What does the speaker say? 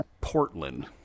Portland